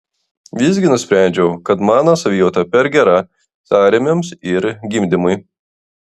visgi nusprendžiau kad mano savijauta per gera sąrėmiams ir gimdymui